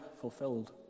fulfilled